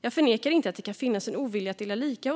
Jag förnekar inte att det i en del familjer kan finns en ovilja att dela lika,